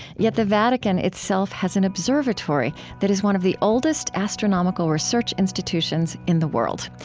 yet the vatican itself has an observatory that is one of the oldest astronomical research institutions in the world.